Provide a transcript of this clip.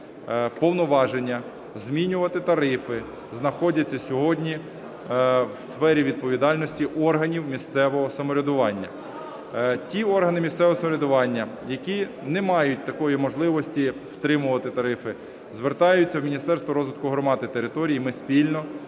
повноваження змінювати тарифи знаходяться сьогодні у сфері відповідальності органів місцевого самоврядування. Ті органи місцевого самоврядування, які не мають такої можливості стримувати тарифи, звертаються в Міністерство розвитку громад і територій, і ми спільно